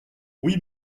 oui